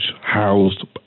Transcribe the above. housed